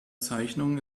zeichnung